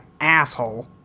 asshole